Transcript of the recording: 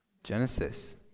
Genesis